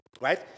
Right